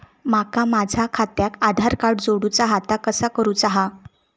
माका माझा खात्याक आधार कार्ड जोडूचा हा ता कसा करुचा हा?